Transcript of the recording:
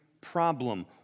problem